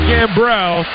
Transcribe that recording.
Gambrell